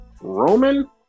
Roman